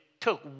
took